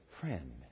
friend